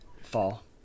Fall